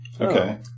Okay